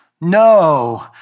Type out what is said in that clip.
no